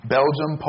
Belgium